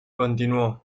continuó